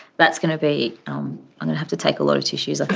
that's gonna be um i'm gonna have to take a load of tissues. ah